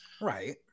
right